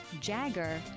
jagger